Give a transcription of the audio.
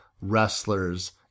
wrestlers